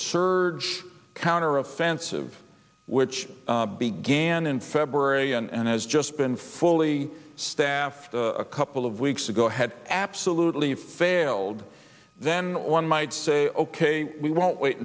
surge counter offensive which began in february and has just been fully staffed a couple of weeks ago had absolutely failed then one might say ok we won't wait